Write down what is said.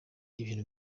ibintu